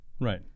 Right